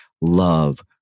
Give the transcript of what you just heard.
love